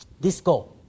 disco